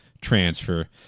transfer